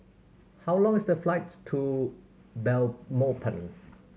how long is the flights to Belmopan